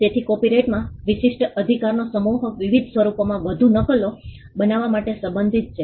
તેથી કોપીરાઇટમાં વિશિષ્ટ અધિકારનો સમૂહ વિવિધ સ્વરૂપોમાં વધુ નકલો બનાવવા માટે સંબંધિત છે